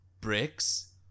bricks